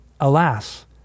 alas